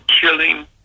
killing